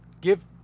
give